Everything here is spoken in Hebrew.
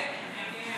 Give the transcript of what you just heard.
ההסתייגות